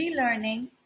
relearning